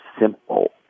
simple